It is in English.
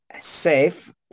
safe